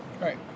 Right